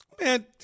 Man